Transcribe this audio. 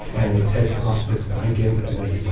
and they take off this blanket, and there's this, like,